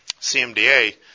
CMDA